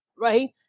right